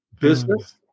business